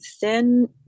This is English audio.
thin